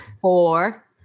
four